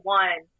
one